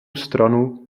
stranu